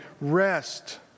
rest